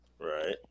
right